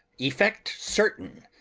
effect certain!